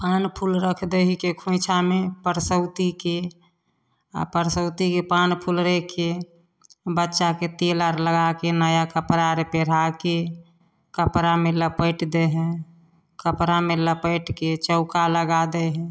कर्णफूल राखि दै हिकै खोँइछामे परसौतीके आओर परसौतीके पान फूल राखिके बच्चाके तेल आर लगाके नया कपड़ा आर पहिराके कपड़ामे लपेटि दै हइ कपड़ामे लपेटिके चौका लगा दै हइ